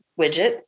widget